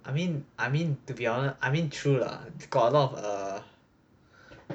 I mean I mean to be honest I mean true lah got a lot of err